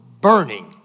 burning